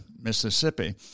Mississippi